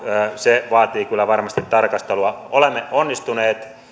se vaatii kyllä varmasti tarkastelua olemme onnistuneet